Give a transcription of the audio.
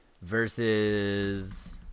Versus